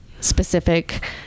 specific